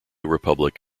republic